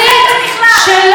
בסדר בכלל.